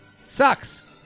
Sucks